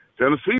Tennessee